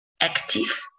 active